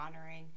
honoring